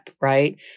right